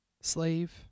Slave